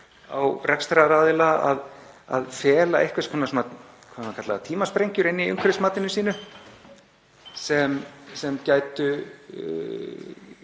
rekstraraðila að fela einhvers konar tímasprengjur inni í umhverfismatinu sínu sem gætu